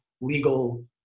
legal